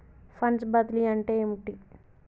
Funds బదిలీ అంటే ఏమిటి?